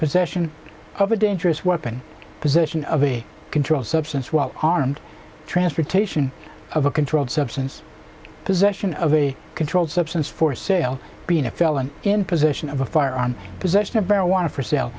possession of a dangerous weapon position of a controlled substance while armed transportation of a controlled substance possession of a controlled substance for sale being a felon in possession of a firearm possession of marijuana for sale